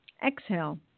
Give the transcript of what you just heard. Exhale